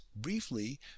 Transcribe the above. briefly